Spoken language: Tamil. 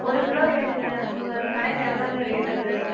ஒரு கிலோ வேணுங்க உங்கள் கடையில் எவ்வளோங்க ரேட்டு அது